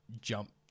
jump